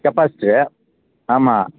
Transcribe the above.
capacitor ஆமாம்